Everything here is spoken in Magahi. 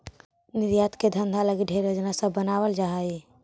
निर्यात के धंधा लागी ढेर योजना सब बनाबल जा हई